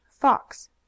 Fox